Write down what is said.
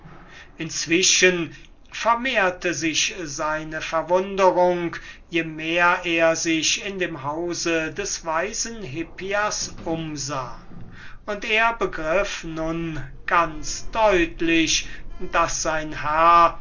inzwischen vermehrte sich seine verwunderung je mehr er sich in dem hause des weisen hippias umsah und er begriff nun ganz deutlich daß sein herr